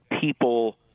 people